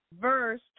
Verse